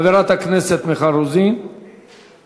חברת הכנסת מיכל רוזין איננה.